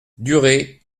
durée